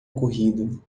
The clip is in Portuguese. ocorrido